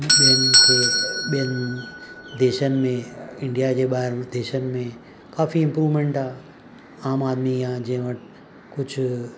ॿियनि खे ॿियनि देशनि में इंडिया जे ॿाहिरि विदेशनि में काफ़ी इम्प्रूवमेंट आहे आम आदमी आहे जंहिं वटि कुझु